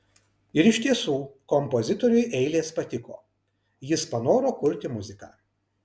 ir iš tiesų kompozitoriui eilės patiko jis panoro kurti muziką